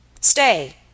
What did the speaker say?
Stay